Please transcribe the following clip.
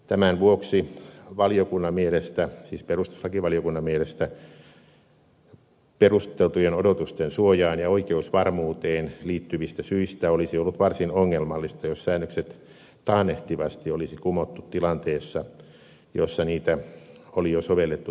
tämän vuoksi perustuslakivaliokunnan mielestä perusteltujen odotusten suojaan ja oikeusvarmuuteen liittyvistä syistä olisi ollut varsin ongelmallista jos säännökset taannehtivasti olisi kumottu tilanteessa jossa niitä oli jo sovellettu tuomioistuimessakin